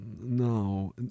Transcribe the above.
No